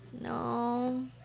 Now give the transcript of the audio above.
No